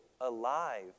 alive